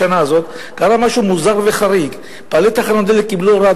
בשנה הזאת קרה משהו מוזר וחריג: בעלי תחנות הדלק קיבלו הוראה,